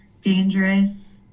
dangerous